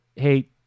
hey